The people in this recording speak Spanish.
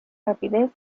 rapidez